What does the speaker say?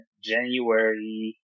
January